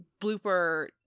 blooper